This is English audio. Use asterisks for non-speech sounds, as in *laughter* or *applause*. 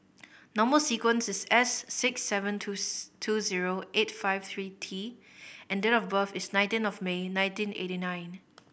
number sequence is S six seven two *hesitation* two zero eight five three T and date of birth is nineteen of May nineteen eighty nine